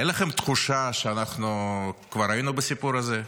אין לכם תחושה שכבר היינו בסיפור הזה?